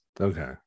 Okay